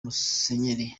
musenyeri